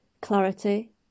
clarity